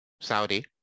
Saudi